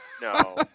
No